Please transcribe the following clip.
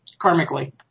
karmically